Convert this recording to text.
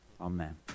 Amen